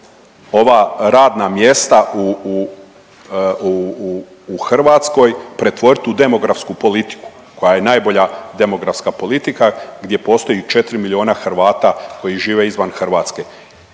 ova radna mjesta u Hrvatskoj pretvoriti u demografsku politiku koja je najbolja demografska politika, gdje postoji 4 milijuna Hrvata koji žive izvan Hrvatske.